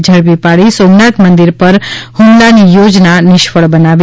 ઝડપી પાડી સોમનાથ મંદિર પર હ્મલાની યોજના નિષ્ફળ બનાવી